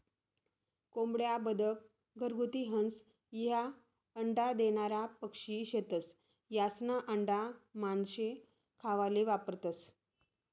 कोंबड्या, बदक, घरगुती हंस, ह्या अंडा देनारा पक्शी शेतस, यास्ना आंडा मानशे खावाले वापरतंस